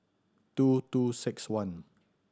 two two six one